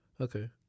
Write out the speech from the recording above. Okay